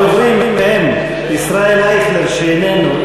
הדוברים הם ישראל אייכלר, איננו.